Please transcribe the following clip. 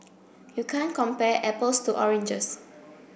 you can't compare apples to oranges